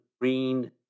green